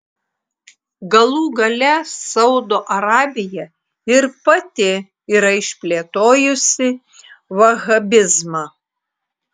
galų gale saudo arabija ir pati yra išplėtojusi vahabizmą